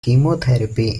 chemotherapy